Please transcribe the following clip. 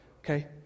Okay